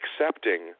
accepting